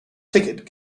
ticket